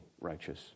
righteous